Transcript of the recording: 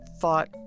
thought